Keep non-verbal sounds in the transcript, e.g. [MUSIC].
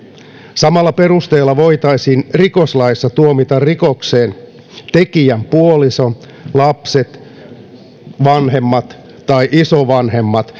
samalla perusteella voitaisiin rikoslaissa tuomita rikoksentekijän puoliso lapset vanhemmat tai isovanhemmat [UNINTELLIGIBLE]